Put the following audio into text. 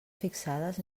fixades